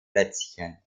plätzchen